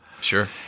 Sure